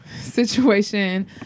situation